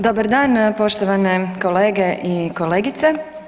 Dobar dan poštovane kolege i kolegice.